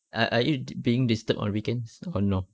are are you di~ being disturbed on weekends or no